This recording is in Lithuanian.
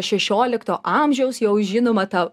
šešiolikto amžiaus jau žinoma ta